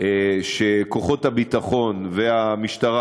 שכוחות הביטחון והמשטרה,